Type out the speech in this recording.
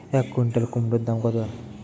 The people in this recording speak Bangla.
এক কুইন্টাল কুমোড় দাম কত?